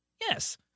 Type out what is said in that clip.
Yes